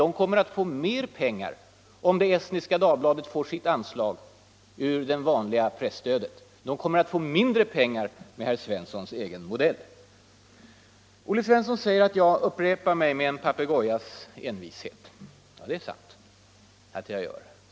Vi kommer att få mer pengar till dem om Estniska Dagbladet får sitt anslag ur det vanliga presstödet. De kommer att få mindre pengar med herr Svenssons egen modell. Olle Svensson säger att jag upprepar mig ”med en papegojas envishet”. Ja, det är sant att jag tjatar.